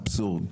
אבסורד.